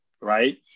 Right